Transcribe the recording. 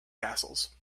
castles